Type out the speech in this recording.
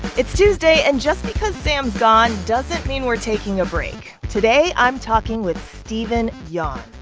it's tuesday. and just because sam's gone doesn't mean we're taking a break. today i'm talking with stephen young.